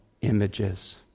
images